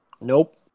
Nope